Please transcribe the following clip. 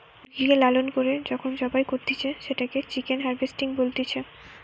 মুরগিকে লালন করে যখন জবাই করতিছে, সেটোকে চিকেন হার্ভেস্টিং বলতিছে